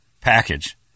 package